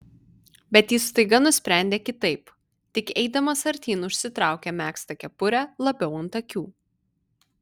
bet jis staiga nusprendė kitaip tik eidamas artyn užsitraukė megztą kepurę labiau ant akių